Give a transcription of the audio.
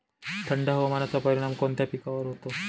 थंड हवामानाचा परिणाम कोणत्या पिकावर होतो?